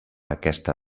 aquesta